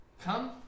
Come